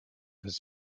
his